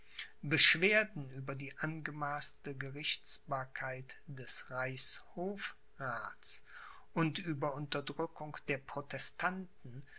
beschwerden über die angemaßte gerichtsbarkeit des reichshofraths und über unterdrückung der protestanten